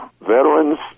veterans